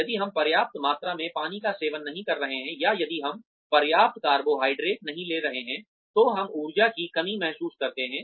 यदि हम पर्याप्त मात्रा में पानी का सेवन नहीं कर रहे हैं या यदि हम पर्याप्त कार्बोहाइड्रेट नहीं ले रहे हैं तो हम ऊर्जा की कमी महसूस करते हैं